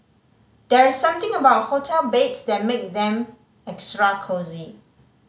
there's something about hotel beds that make them extra cosy